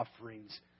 offerings